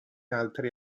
altri